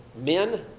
men